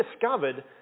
discovered